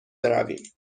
برویم